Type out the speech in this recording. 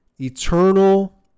eternal